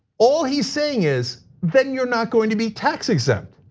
all he's saying is, then you're not going to be tax exempt.